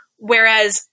Whereas